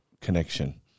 connection